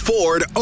Ford